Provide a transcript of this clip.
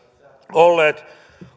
olleet